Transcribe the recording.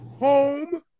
home